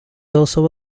also